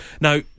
now